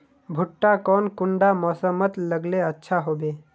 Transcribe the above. भुट्टा कौन कुंडा मोसमोत लगले अच्छा होबे?